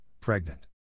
pregnant